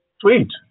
Sweet